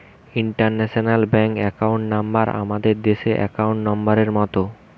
international bank account number আমাদের দেশের account নম্বরের মত